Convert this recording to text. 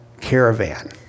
caravan